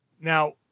Now